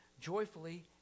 joyfully